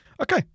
Okay